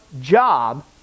job